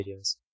videos